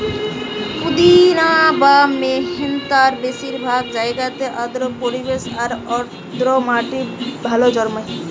পুদিনা বা মেন্থার বেশিরভাগ জাতিই আর্দ্র পরিবেশ আর আর্দ্র মাটিরে ভালা জন্মায়